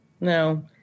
no